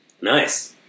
nice